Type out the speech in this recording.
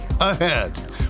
ahead